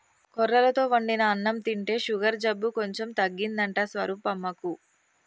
కొర్రలతో వండిన అన్నం తింటే షుగరు జబ్బు కొంచెం తగ్గిందంట స్వరూపమ్మకు